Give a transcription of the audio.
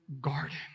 garden